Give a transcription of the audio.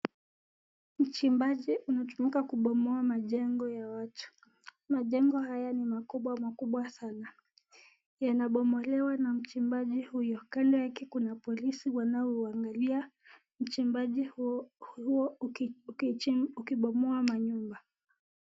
Uchimbaji unatumika kuboma majengo ya watu. Majengo haya ni makubwa makubwa sana yanabomolewa na mchimbaji huyo. Kando yake kuna polisi wanaoangalia uchimbaji huo ukibomoa manyumba.